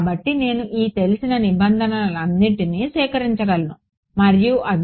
కాబట్టి నేను ఈ తెలిసిన నిబంధనలన్నింటినీ సేకరించగలను మరియు అవి